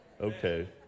Okay